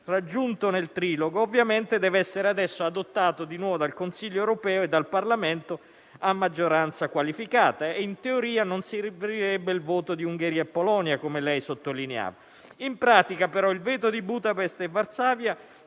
raggiunto nel trilogo, ovviamente deve essere adesso adottato di nuovo dal Consiglio europeo e dal Parlamento a maggioranza qualificata e, in teoria, non servirebbe il voto di Ungheria e Polonia, come lei sottolineava. In pratica, però, il veto di Budapest e Varsavia